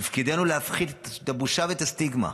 תפקידנו להפחית את הבושה ואת הסטיגמה,